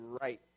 right